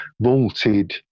vaulted